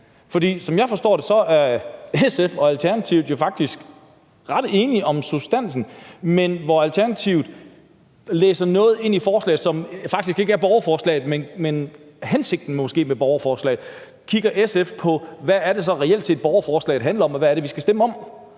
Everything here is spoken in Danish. For som jeg forstår det, er SF og Alternativet jo faktisk ret enige om substansen, men hvor Alternativet læser noget ind i forslaget, som faktisk ikke står i borgerforslaget, men som måske er hensigten med borgerforslaget, så kigger SF på, hvad det reelt set er, borgerforslaget handler om, og hvad det er, vi skal stemme om,